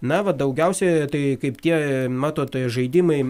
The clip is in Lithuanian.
na va daugiausia tai kaip tie matot žaidimai